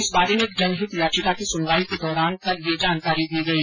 इस बारे में एक जनहित याचिका की सुनवाई के दौरान कल यह जानकारी दी गई